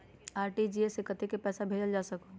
RTGS से कतेक पैसा भेजल जा सकहु???